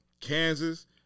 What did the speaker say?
Kansas